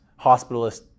hospitalist